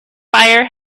fire